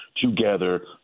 together